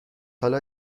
حالا